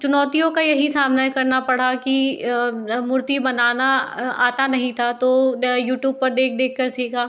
चुनौतियों का यही सामना करना पड़ा कि मूर्ति बनाना आता नहीं था तो यूट्यूब पर देख देखकर सीखा